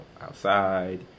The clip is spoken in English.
outside